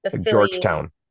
Georgetown